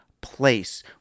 place